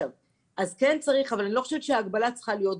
אבל אני לא חושבת שההגבלה צריכה להיות בחוק.